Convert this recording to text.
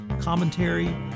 commentary